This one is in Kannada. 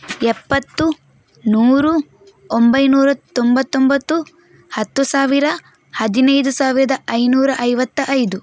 ಎಪ್ಪತ್ತು ನೂರು ಒಂಬೈನೂರ ತೊಂಬತ್ತೊಂಬತ್ತು ಹತ್ತು ಸಾವಿರ ಹದಿನೈದು ಸಾವಿರದ ಐನೂರ ಐವತ್ತ ಐದು